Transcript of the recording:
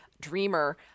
Dreamer